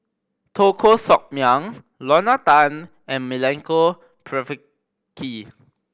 Teo Koh Sock Miang Lorna Tan and Milenko Prvacki